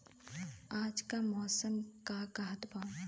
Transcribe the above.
आज क मौसम का कहत बा?